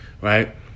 right